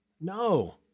no